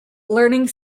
learning